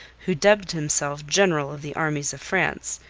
who dubbed himself general of the armies of france,